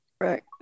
Right